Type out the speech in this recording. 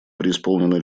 преисполнена